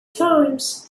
times